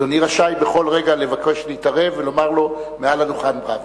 אדוני רשאי בכל רגע לבקש להתערב ולומר לו מעל הדוכן "בראבו".